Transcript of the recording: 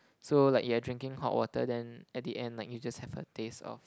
so like you're drinking hot water then at the end like you just have a taste of